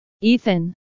Ethan